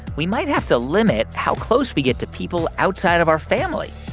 we might have to limit how close we get to people outside of our family.